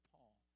Paul